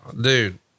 dude